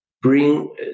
Bring